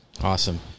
Awesome